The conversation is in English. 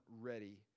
ready